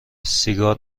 سیگار